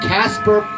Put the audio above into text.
Casper